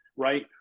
right